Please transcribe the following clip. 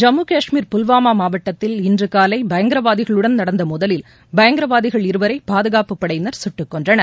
ஜம்மு காஷ்மீர் புல்வாமா மாவட்டத்தில் இன்று காலை பயங்கரவாதிகளுடன் நடந்த மோதலில் பயங்கரவாதிகள் இருவரை பாதுகாப்பு படையினர் குட்டுக் கொன்றனர்